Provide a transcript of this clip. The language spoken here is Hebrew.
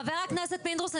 חבר הכנסת פינדרוס,